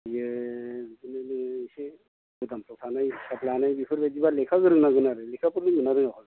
बे बिदिनो नोङो एसे गुदामफोराव थानाय हिसाब लानाय बेफोरबायदिबा बिदिनो लेखा गोरों नांगोन आरो लेखाखौ रोङोना रोङा